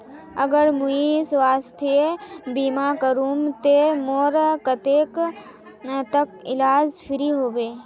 अगर मुई स्वास्थ्य बीमा करूम ते मोर कतेक तक इलाज फ्री होबे?